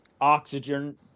oxygen